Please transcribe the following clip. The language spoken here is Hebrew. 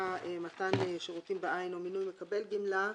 מתן שירותים בעין או מינוי מקבל גמלה,